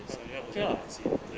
他们要 wait and see then after that